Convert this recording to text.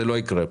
זה לא יקרה פה,